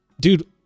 Dude